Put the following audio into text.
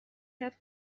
کرد